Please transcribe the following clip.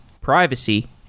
privacy